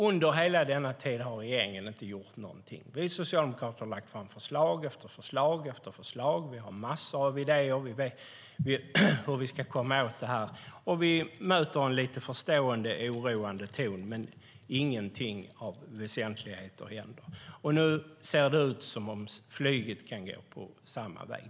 Under hela denna tid har regeringen inte gjort något. Vi socialdemokrater har lagt fram förslag efter förslag. Vi har massor av idéer om hur vi ska komma åt detta. Vi möter en lite förstående och orolig ton, men inget väsentligt händer. Nu ser det ut som om flyget kan gå samma väg.